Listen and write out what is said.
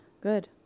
Good